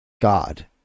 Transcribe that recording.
God